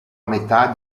metà